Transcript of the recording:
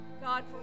God